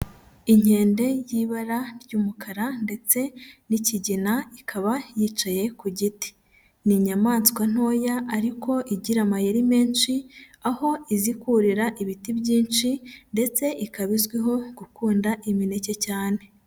Inkende y'ibara ry'umukara ndetse n'ikigina ikaba yicaye ku giti. Ni inyamaswa ntoya ariko igira amayeri menshi aho izi kurira ibiti byinshi ndetse ikaba izwiho gukunda imineke cyane.